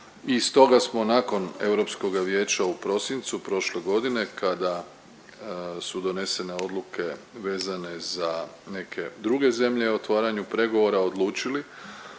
i stoga smo nakon Europskoga vijeća u prosincu prošle godine kada su donesene odluke vezane za neke druge zemlje o otvaranju pregovora odlučili